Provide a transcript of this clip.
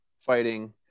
fighting